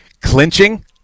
Clinching